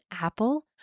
Apple